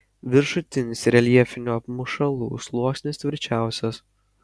viršutinis reljefinių apmušalų sluoksnis tvirčiausias